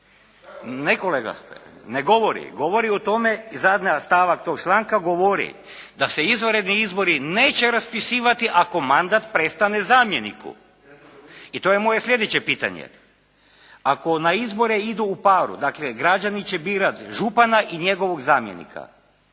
Ne, kolega. Ne govori. Govori o tome i zadnji stavak tog članka govori da se izvanredni izbori neće raspisivati ako mandat prestane zamjeniku. I to je moje sljedeće pitanje. Ako na izbore idu u paru dakle, građani će birat župana i njegovog zamjenika.